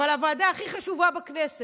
אבל הוועדה הכי חשובה בכנסת,